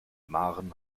maren